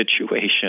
situation